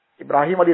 Ibrahim